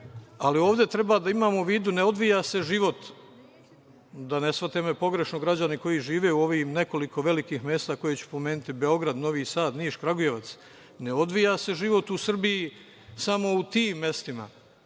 Ali, ovde treba da imamo u vidu da se ne odvija život, da me ne shvate pogrešno građani koji žive u ovih nekoliko velikih mesta koje ću spomenuti, Beograd, Novi Sad, Niš, Kragujevac, ne odvija se život u Srbiji samo u tim mestima,